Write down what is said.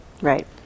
Right